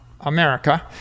America